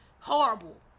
horrible